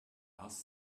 last